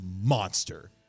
monster